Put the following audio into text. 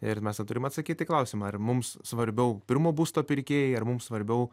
ir mes sau turim atsakyt į klausimą ar mums svarbiau pirmo būsto pirkėjai ar mums svarbiau